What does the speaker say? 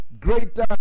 greater